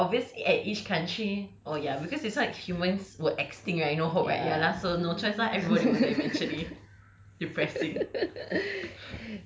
oh okay obviously at each country oh ya because this [one] humans were extinct right no hope [what] so no choice lah everybody will die eventually depressing